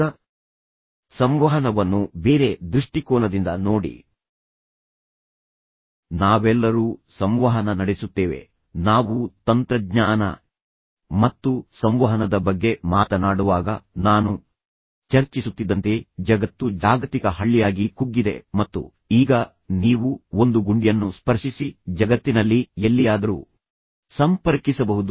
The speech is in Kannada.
ಈಗ ಸಂವಹನವನ್ನು ಬೇರೆ ದೃಷ್ಟಿಕೋನದಿಂದ ನೋಡಿ ನಾವೆಲ್ಲರೂ ಸಂವಹನ ನಡೆಸುತ್ತೇವೆ ನಾವು ತಂತ್ರಜ್ಞಾನ ಮತ್ತು ಸಂವಹನದ ಬಗ್ಗೆ ಮಾತನಾಡುವಾಗ ನಾನು ಚರ್ಚಿಸುತ್ತಿದ್ದಂತೆ ಜಗತ್ತು ಜಾಗತಿಕ ಹಳ್ಳಿಯಾಗಿ ಕುಗ್ಗಿದೆ ಮತ್ತು ಈಗ ನೀವು ಒಂದು ಗುಂಡಿಯನ್ನು ಸ್ಪರ್ಶಿಸಿ ಜಗತ್ತಿನಲ್ಲಿ ಎಲ್ಲಿಯಾದರೂ ಸಂಪರ್ಕಿಸಬಹುದು